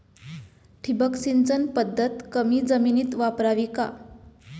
ठिबक सिंचन पद्धत कमी जमिनीत वापरावी का?